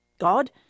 God